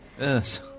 Yes